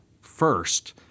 first